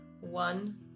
One